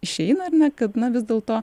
išeina ar ne kad na vis dėlto